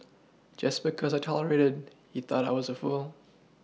just because I tolerated he thought I was a fool